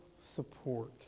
support